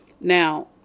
Now